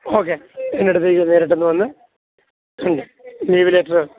okay എന്റടുത്തേക്ക് നേരിട്ടൊന്ന് വന്ന് ലീവ് ലെറ്റര്